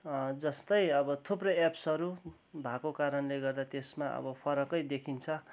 जस्तै अब थुप्रै एप्सहरू भएको कारणले गर्दा त्यसमा अब फरकै देखिन्छ